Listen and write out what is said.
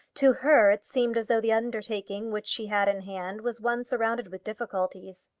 to her it seemed as though the undertaking which she had in hand, was one surrounded with difficulties.